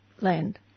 land